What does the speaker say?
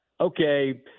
okay